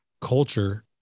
culture